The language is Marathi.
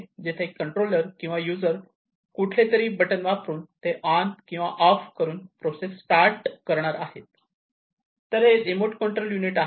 जेथे कंट्रोलर किंवा यूजर कुठलेतरी बटन वापरून ते ऑन किंवा ऑफ करून प्रोसेस स्टार्ट करणार आहे तर हे रिमोट कंट्रोल युनिट आहे